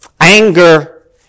Anger